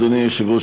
אדוני היושב-ראש,